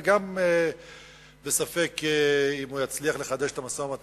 וגם ספק אם הוא יצליח לחדש את המשא-ומתן,